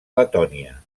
letònia